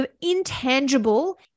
intangible